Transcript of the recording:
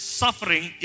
suffering